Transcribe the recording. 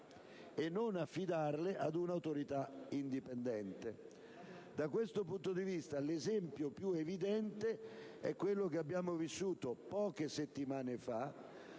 di affidarle a un'autorità indipendente. Da questo punto di vista, l'esempio più evidente è quello che abbiamo vissuto poche settimane fa: